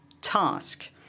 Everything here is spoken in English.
task